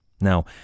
Now